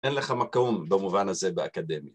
אין לך מקום במובן הזה באקדמי